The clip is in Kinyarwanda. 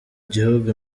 gihugu